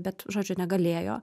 bet žodžiu negalėjo